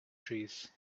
trees